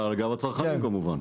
גם לצרכן כמובן.